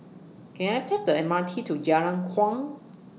Can I Take The M R T to Jalan Kuang